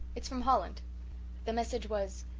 it's from holland the message was,